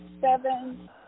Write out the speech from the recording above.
seven